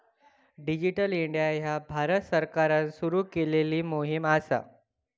digital India ह्या भारत सरकारान सुरू केलेली मोहीम असा